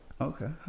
Okay